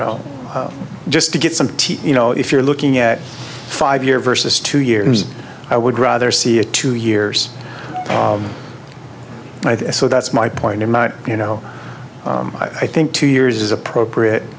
know just to get some tea you know if you're looking at five year versus two years i would rather see a two years so that's my point in my you know i think two years appropriate